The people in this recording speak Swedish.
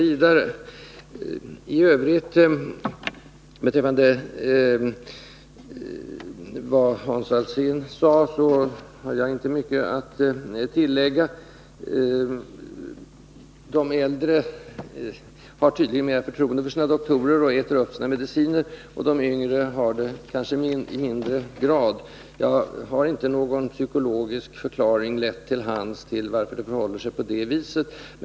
När det gäller Hans Alséns anförande har jag inte mycket att tillägga. De äldre har tydligen mer förtroende för sina doktorer och tar sina mediciner, medan de yngre kanske har mindre förtroende. Jag har inte någon psykologisk förklaring till hands på varför det förhåller sig på detta sätt.